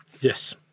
Yes